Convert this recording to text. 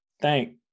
Thank